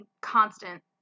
constant